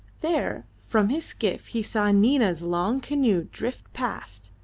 there from his skiff he saw nina's long canoe drift past,